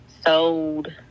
sold